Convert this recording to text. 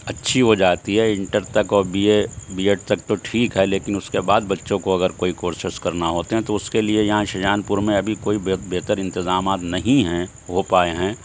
اچھی ہو جاتی ہے اںٹر تک اور بی اے بی ایڈ تک تو ٹھیک ہے لیکن اس کے بعد بچوں کو اگر کوئی کورسس کرنا ہوتے ہیں تو اس کے لیے یہاں شاہجہان پور میں ابھی کوئی بہتر انتظامات نہیں ہیں ہو پائے ہیں